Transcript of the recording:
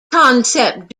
concept